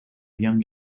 young